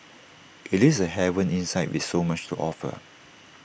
IT is A haven inside with so much to offer